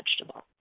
vegetable